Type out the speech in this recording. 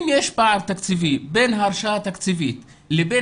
אם יש פער תקציבי בין ההרשאה התקציבית לבין